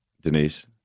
Denise